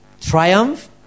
Triumph